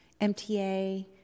MTA